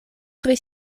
pri